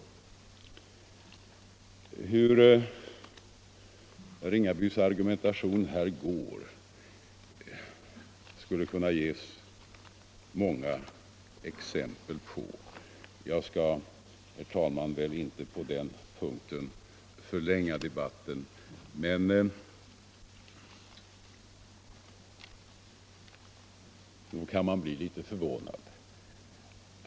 Det skulle kunna anföras många exempel på hur herr Ringabys argumentation är upplagd. Jag skall väl, herr talman, inte på den punkten förlänga debatten, men nog kan man bli litet förvånad.